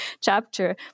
chapter